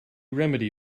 remedy